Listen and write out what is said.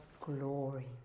glory